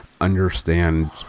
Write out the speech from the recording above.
understand